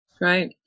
right